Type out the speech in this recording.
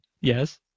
Yes